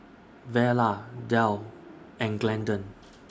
Vella Delle and Glendon